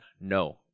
no